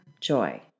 joy